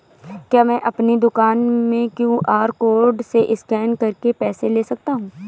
क्या मैं अपनी दुकान में क्यू.आर कोड से स्कैन करके पैसे ले सकता हूँ?